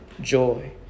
joy